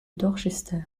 dorchester